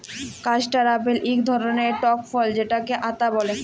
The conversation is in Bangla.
কাস্টাড় আপেল ইক ধরলের টক ফল যেটকে আতা ব্যলে